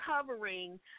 covering –